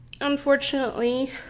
Unfortunately